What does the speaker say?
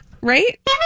Right